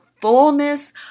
fullness